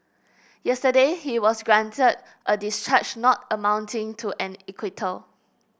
yesterday he was granted a discharge not amounting to an acquittal